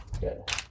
Good